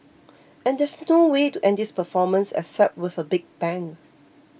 and there's no way to end this performance except with a big bang